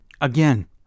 Again